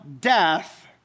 death